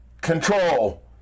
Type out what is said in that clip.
Control